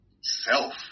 Self